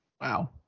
Wow